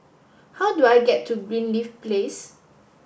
how do I get to Greenleaf Place